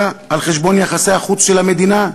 הקואליציה על חשבון יחסי החוץ של המדינה?